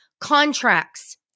contracts